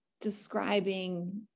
describing